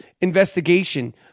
investigation